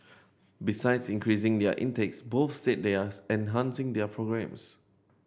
besides increasing their intakes both said they are enhancing their programmes